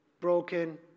broken